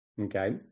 Okay